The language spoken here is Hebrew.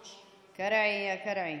קרעי, יא קרעי.